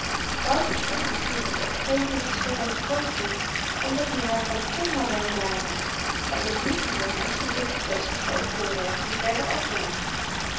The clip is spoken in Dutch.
wouters onaanzienlyke omgeving scheen hem groot toe omdat i haar van te naby waarnam en nog niet gewoon was z'n blik te vestigen op voorwerpen die verder af lagen